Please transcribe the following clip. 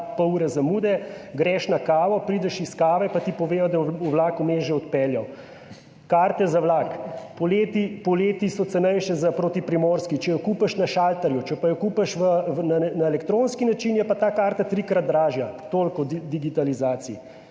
pol ure zamude, greš na kavo, prideš s kave pa ti povedo, da je vlak vmes že odpeljal. Karte za vlak. Poleti so cenejše za proti Primorski, če jo kupiš na šalterju, če jo kupiš na elektronski način, je pa ta karta trikrat dražja. Toliko o digitalizaciji.